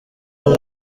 umwe